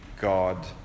God